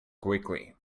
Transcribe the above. quickly